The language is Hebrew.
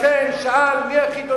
ולכן, שאל: מי הכי דומיננטי?